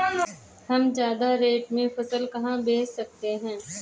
हम ज्यादा रेट में फसल कहाँ बेच सकते हैं?